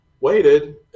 waited